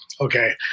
okay